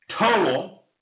total